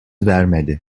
vermedi